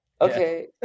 Okay